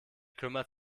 kümmert